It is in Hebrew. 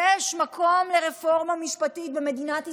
יש מקום לרפורמה משפטית במדינת ישראל.